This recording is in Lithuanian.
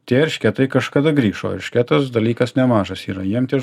tie eršketai kažkada grįš o eršketas dalykas nemažas yra jiem tie